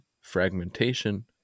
fragmentation